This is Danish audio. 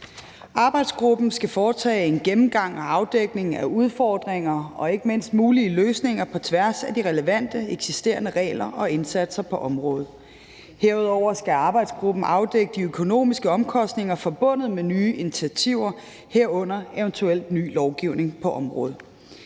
Arbejdsgruppen skal foretage en gennemgang og afdækning af udfordringer og ikke mindst mulige løsninger på tværs af de relevante eksisterende regler og indsatser på området. Herudover skal arbejdsgruppen afdække de økonomiske omkostninger forbundet med nye initiativer, herunder eventuel ny lovgivning på området.